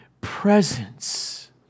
presence